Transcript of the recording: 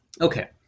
Okay